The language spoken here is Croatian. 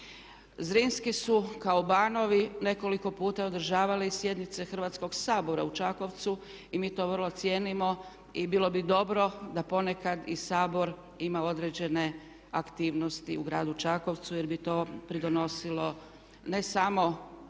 Zrinski su kao banovi nekoliko puta održavali sjednice Hrvatskoga sabora u Čakovcu i mi to vrlo cijenimo i bilo bi dobro da ponekad i Sabor ima određene aktivnosti u gradu Čakovcu jer bi to pridonosilo ne samo